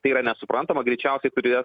tai yra nesuprantama greičiausiai turės